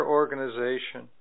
organization